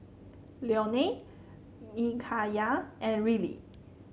Leonel Micayla and Riley